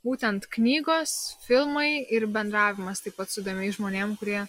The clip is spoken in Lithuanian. būtent knygos filmai ir bendravimas taip pat su įdomiais žmonėm kurie